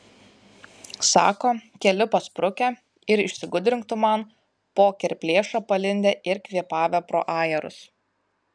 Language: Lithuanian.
sako keli pasprukę ir išsigudrink tu man po kerplėša palindę ir kvėpavę pro ajerus